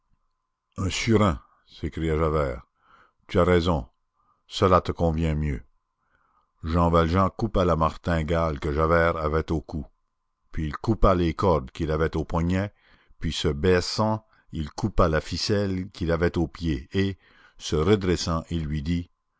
un surin s'écria javert tu as raison cela te convient mieux jean valjean coupa la martingale que javert avait au cou puis il coupa les cordes qu'il avait aux poignets puis se baissant il coupa la ficelle qu'il avait aux pieds et se redressant il lui dit